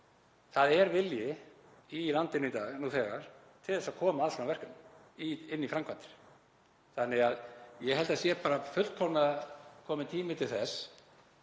Það er vilji í landinu í dag nú þegar til þess að koma að svona verkefnum, inn í framkvæmdir. Þannig að ég held að það sé bara fullkomlega kominn tími til þess